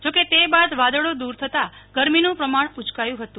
જોકે તે બાદ વાદળો દુર થતા ગરમીનું પ્રમાણ ઉયકાયું હતું